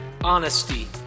Honesty